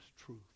truth